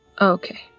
Okay